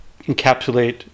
encapsulate